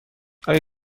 آیا